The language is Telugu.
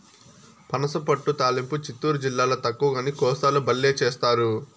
పనసపొట్టు తాలింపు చిత్తూరు జిల్లాల తక్కువగానీ, కోస్తాల బల్లే చేస్తారు